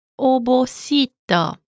obosita